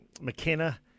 McKenna